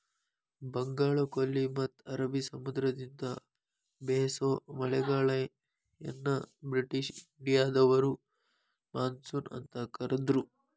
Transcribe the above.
ಬಂಗಾಳಕೊಲ್ಲಿ ಮತ್ತ ಅರಬಿ ಸಮುದ್ರದಿಂದ ಬೇಸೋ ಮಳೆಗಾಳಿಯನ್ನ ಬ್ರಿಟಿಷ್ ಇಂಡಿಯಾದವರು ಮಾನ್ಸೂನ್ ಅಂತ ಕರದ್ರು